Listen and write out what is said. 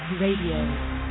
Radio